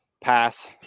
pass